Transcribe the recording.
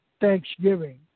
thanksgiving